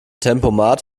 tempomat